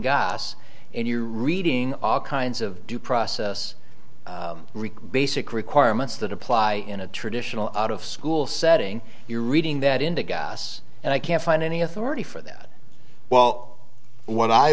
gas and you're reading all kinds of due process rick basic requirements that apply in a traditional out of school setting you're reading that into gas and i can't find any authority for that well what i